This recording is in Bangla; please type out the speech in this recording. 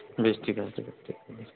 বেশ ঠিক আছে ঠিক আছে ঠিক আছে